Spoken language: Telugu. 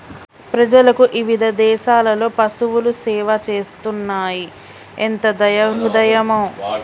ప్రజలకు ఇవిధ దేసాలలో పసువులు సేవ చేస్తున్నాయి ఎంత దయా హృదయమో